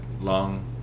long